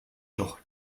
doch